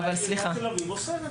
ועדיין, מנהלות אומרות לא מעניין אותנו.